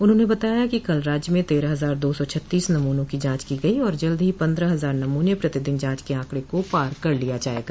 उन्होंने बताया कि कल राज्य में तेरह हजार दो सौ छत्तीस नमूनों की जांच को गई और जल्द ही पन्द्रह हजार नमूने प्रतिदिन जांच के आंकड़े को पार कर लिया जायेगा